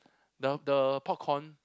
the the popcorn